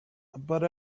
but